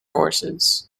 horses